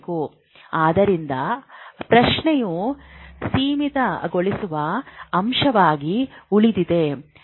ಆದ್ದರಿಂದ ಪ್ರಶ್ನೆಯು ಸೀಮಿತಗೊಳಿಸುವ ಅಂಶವಾಗಿ ಉಳಿದಿದೆ